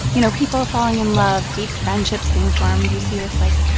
you know, people falling in love, deep friendships being formed. you see this, like,